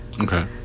okay